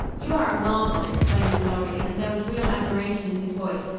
you are a marvel! exclaimed lorry, and there was real admiration in his voice.